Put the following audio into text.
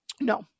No